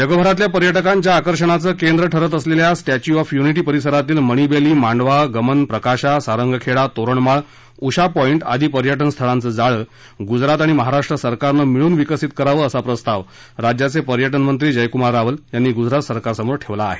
जगभरातील पर्यटकांच्या आकर्षणाचं केंद्र ठरत असलेल्या स्टॅच्यू ऑफ युनिटी परिसरातील मणिबेली मांडवा गमन प्रकाशा सारंगखेडा तोरणमाळ उषा पॉईंट आदी पर्यटनस्थळांचं जाळं गुजरात आणि महाराष्ट्र सरकारनं मिळून विकसित करावं असा प्रस्ताव राज्याचे पर्यटन मंत्री जयक्मार रावल यांनी गुजरात सरकारसमोर ठेवला आहे